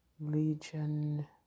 Legion